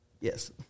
Yes